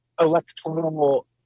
electoral